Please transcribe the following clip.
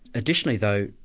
additionally, though,